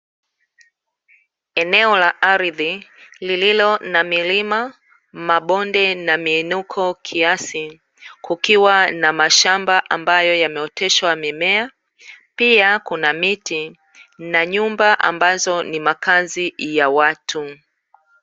Eneo la ardhi lililo na milima, mabonde na miinuko kiasi, kukiwa na mashamba ambayo yameoteshwa mimea pia kuna miti na nyumba ambazo ni makazi ya watu.